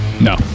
No